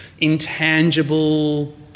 intangible